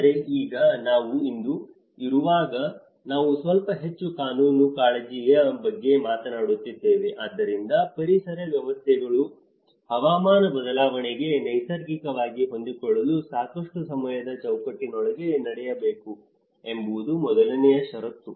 ಆದರೆ ಈಗ ನಾವು ಇಂದು ಇರುವಾಗ ನಾವು ಸ್ವಲ್ಪ ಹೆಚ್ಚು ಕಾನೂನು ಕಾಳಜಿಯ ಬಗ್ಗೆ ಮಾತನಾಡುತ್ತಿದ್ದೇವೆ ಆದ್ದರಿಂದ ಪರಿಸರ ವ್ಯವಸ್ಥೆಗಳು ಹವಾಮಾನ ಬದಲಾವಣೆಗೆ ನೈಸರ್ಗಿಕವಾಗಿ ಹೊಂದಿಕೊಳ್ಳಲು ಸಾಕಷ್ಟು ಸಮಯದ ಚೌಕಟ್ಟಿನೊಳಗೆ ನಡೆಯಬೇಕು ಎಂಬುದು ಮೊದಲನೆಯ ಷರತ್ತು